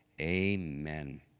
Amen